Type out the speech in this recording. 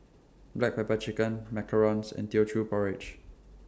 Black Pepper Chicken Macarons and Teochew Porridge